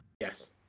yes